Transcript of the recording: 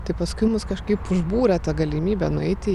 tai paskui mus kažkaip užbūrė ta galimybė nueiti